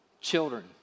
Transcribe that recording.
children